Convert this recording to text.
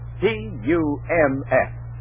T-U-M-S